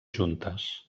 juntes